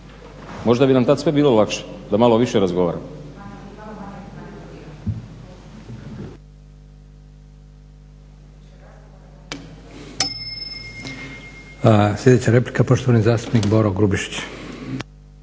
Možda bi nam tad sve bilo lakše da malo više razgovaramo.